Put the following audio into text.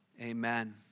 amen